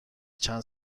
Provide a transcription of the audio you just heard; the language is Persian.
چند